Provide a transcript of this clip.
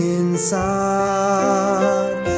inside